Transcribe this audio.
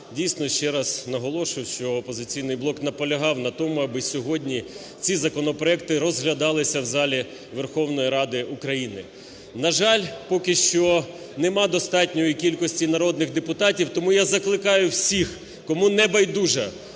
Дійсно, ще раз наголошую, що "Опозиційний блок" наполягав на тому, аби сьогодні ці законопроекти розглядалися в залі Верховної Ради України. На жаль, поки що нема достатньої кількості народних депутатів. Тому я закликаю всіх, кому небайдужа